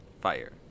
Fire